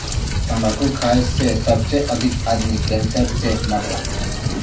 तम्बाकू खाए से सबसे अधिक आदमी कैंसर से मरला